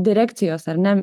direkcijos ar ne